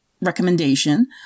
recommendation